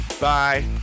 Bye